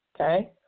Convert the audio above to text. okay